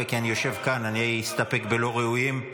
ואני אסתפק בלא ראויים,